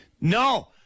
No